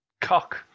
cock